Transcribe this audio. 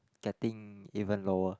getting even lower